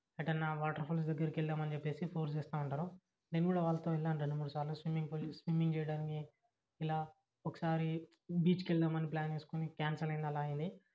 ఎటన్నా వాటర్ఫాల్స్ దగ్గరికి వెళ్దాం అని చెప్పేసి ఫోర్స్ చేస్తూ ఉంటారు నేను కూడా వాళ్ళతో వెళ్ళాను రెండు మూడు సార్లు స్విమ్మింగ్ పూల్స్లో స్విమ్మింగ్ చేయడానికి ఇలా ఒకసారి బీచ్కి వెళ్దాం అని ప్ల్యాన్ వేసుకుని క్యాన్సిల్ అయింది అలా అయ్యింది